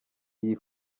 iyi